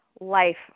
life